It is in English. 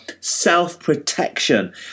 self-protection